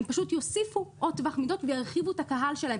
הם פשוט יוסיפו עוד טווח מידות וירחיבו את הקהל שלהם.